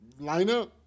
lineup